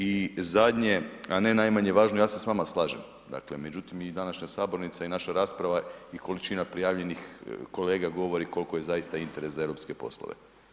I zadnje, a ne najmanje važno, ja se s vama slažem, dakle međutim i današnja sabornica i naša rasprava i količina prijavljenih kolega govori koliko je zaista interes za europske poslove.